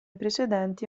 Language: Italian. precedenti